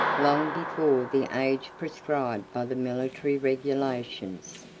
long before the age prescribed by the military regulations.